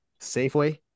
Safeway